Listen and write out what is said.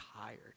tired